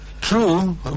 True